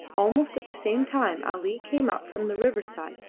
almost at the same time ali came up from the riverside,